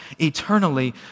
eternally